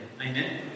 Amen